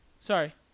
Sorry